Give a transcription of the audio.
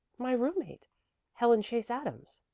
my roommate helen chase adams.